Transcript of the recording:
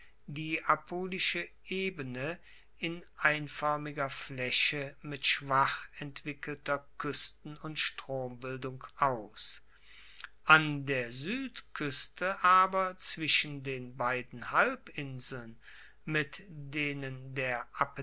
die apulische ebene in einfoermiger flaeche mit schwach entwickelter kuesten und strombildung aus an der suedkueste aber zwischen den beiden halbinseln mit denen der